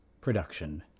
production